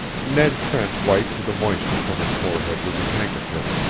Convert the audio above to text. ned trent wiped the moisture from his forehead with his handkerchief.